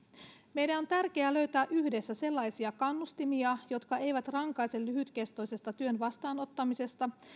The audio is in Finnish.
meidän on tärkeä löytää yhdessä sellaisia kannustimia jotka eivät rankaise lyhytkestoisesta työn vastaanottamisesta